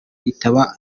yitaba